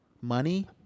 money